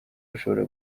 bashobora